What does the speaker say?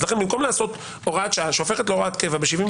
אז לכן במקום לעשות הוראת שעה שהופכת להוראת קבע ב-74,